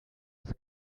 els